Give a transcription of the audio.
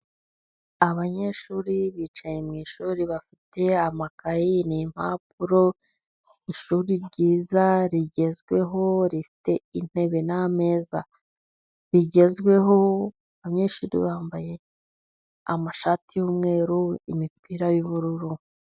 Abanyeshuri bicaye mwishuri, bafite amakayi nimpapuro, ishuri ryiza, rigezweho, rifite intebe n'ameza bigezweho, abanyeshuri bambaye amashati y'umweru, imipira y'ubururu.